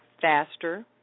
faster